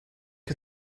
her